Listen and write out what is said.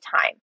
time